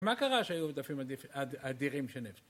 מה קרה כשהיו עודפים אדירים של נפט?